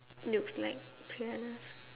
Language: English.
looks like piranhas